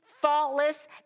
faultless